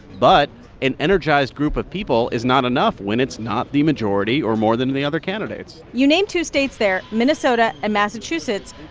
but an energized group of people is not enough when it's not the majority or more than the other candidates you named two states there minnesota and massachusetts.